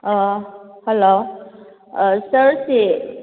hello sir ꯁꯤ